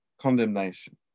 condemnation